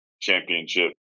championship